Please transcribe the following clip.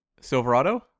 Silverado